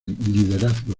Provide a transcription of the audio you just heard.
liderazgo